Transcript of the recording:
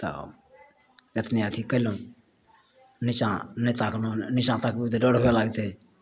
तब एतने अथी कएलहुँ निच्चाँ नहि ताकलहुँ निच्चाँ ताकबै तऽ डर हुए लागतै